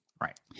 Right